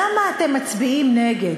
למה אתם מצביעים נגד?